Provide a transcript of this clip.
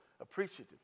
appreciative